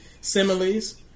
similes